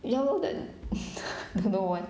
ya lor then don't know why